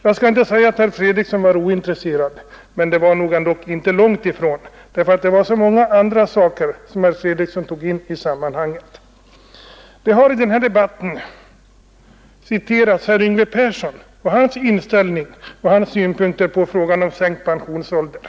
Jag skall inte säga att herr Fredriksson var ointresserad av frågan, men det var nog inte långt därifrån, eftersom han tog in så många reservationer i sammanhanget. I denna debatt har citerats synpunkter av Yngve Persson på frågan om sänkt pensionsålder.